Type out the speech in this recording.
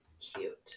cute